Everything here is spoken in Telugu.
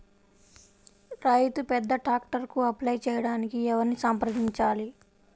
రైతు పెద్ద ట్రాక్టర్కు అప్లై చేయడానికి ఎవరిని సంప్రదించాలి?